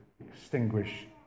extinguish